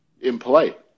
impolite